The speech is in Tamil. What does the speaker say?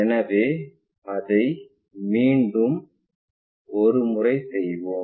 எனவே அதை மீண்டும் ஒரு முறை செய்வோம்